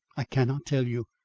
i cannot tell you.